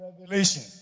revelation